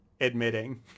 admitting